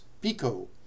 PICO